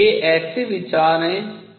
ये ऐसे विचार हैं जिनका उपयोग किया जाएगा